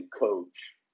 coach